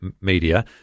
media